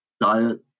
diet